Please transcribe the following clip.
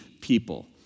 people